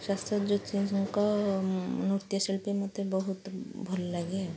ଶାଶ୍ୱତ ଯୋଶୀଙ୍କ ନୃତ୍ୟଶିଳ୍ପୀ ମୋତେ ବହୁତ ଭଲ ଲାଗେ